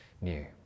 new